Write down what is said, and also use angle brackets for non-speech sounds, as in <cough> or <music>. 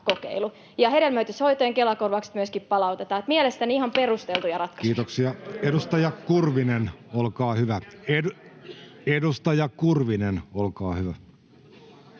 Hedelmöityshoitojen Kela-korvaukset myöskin palautetaan, niin että mielestäni ihan perusteltuja <noise> ratkaisuja. Kiitoksia. — Edustaja Kurvinen, olkaa hyvä.